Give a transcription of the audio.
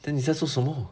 then 你在做什么